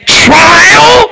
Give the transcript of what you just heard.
trial